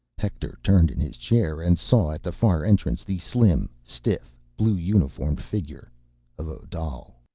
hector turned in his chair and saw at the far entrance the slim, stiff, blue-uniformed figure of odal.